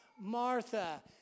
Martha